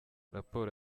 raporo